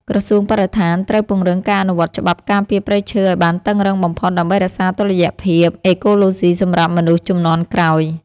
ក្រសួងបរិស្ថានត្រូវពង្រឹងការអនុវត្តច្បាប់ការពារព្រៃឈើឱ្យបានតឹងរ៉ឹងបំផុតដើម្បីរក្សាតុល្យភាពអេកូឡូស៊ីសម្រាប់មនុស្សជំនាន់ក្រោយ។